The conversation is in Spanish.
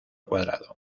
cuadrado